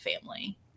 family